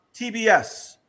TBS